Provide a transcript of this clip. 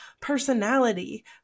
personality